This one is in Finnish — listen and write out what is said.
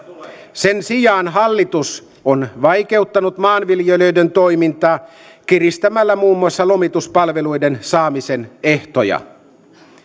sen sijaan hallitus on vaikeuttanut maanviljelijöiden toimintaa kiristämällä muun muassa lomituspalveluiden saamisen ehtoja